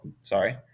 sorry